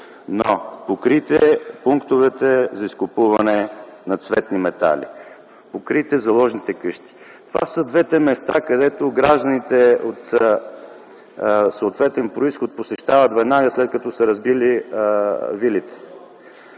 но покрийте пунктовете за изкупуване на цветни медали! Покрийте заложните къщи! Това са двете места, които гражданите от съответен произход посещават веднага, след като разбият вилите.